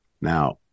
Now